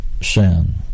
sin